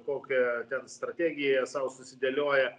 kokią ten strategiją sau susidėlioję